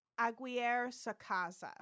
Aguirre-Sacasa